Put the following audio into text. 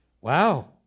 Wow